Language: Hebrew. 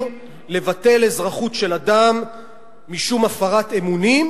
לבטל אזרחות של אדם משום הפרת אמונים,